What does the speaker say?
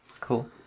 Cool